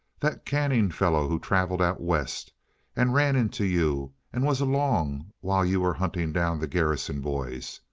that canning fellow who travelled out west and ran into you and was along while you were hunting down the garrison boys.